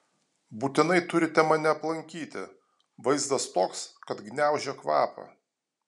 būtinai turite mane aplankyti vaizdas toks kad gniaužia kvapą